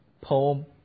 poem